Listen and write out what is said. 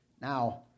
Now